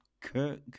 Kirk